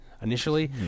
initially